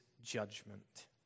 judgment